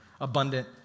Abundant